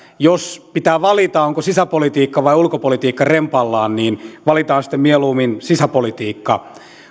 jos pitää valita onko sisäpolitiikka vai ulkopolitiikka rempallaan niin valitaan sitten mieluummin sisäpolitiikka